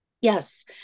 Yes